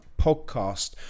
podcast